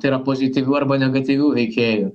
tai yra pozityvių arba negatyvių veikėjų